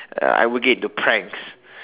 uh I would get into pranks